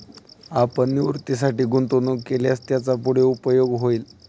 आपण निवृत्तीसाठी गुंतवणूक केल्यास त्याचा पुढे उपयोग होईल